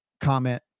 comment